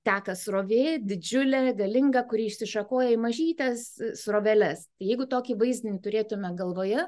teka srovė didžiulė galinga kuri išsišakoja į mažytes sroveles jeigu tokį vaizdinį turėtumėme galvoje